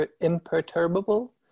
imperturbable